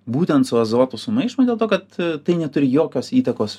būtent su azotu sumaišo dėl to kad tai neturi jokios įtakos